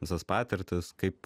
visas patirtis kaip